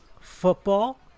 football